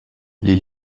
les